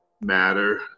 matter